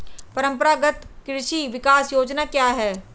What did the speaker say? परंपरागत कृषि विकास योजना क्या है?